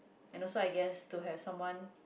and also I guess to have someone